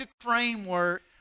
framework